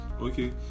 Okay